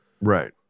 Right